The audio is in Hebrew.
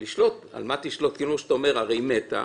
ועל מה תשלוט הרי היא מתה?